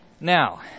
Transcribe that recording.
Now